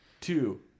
two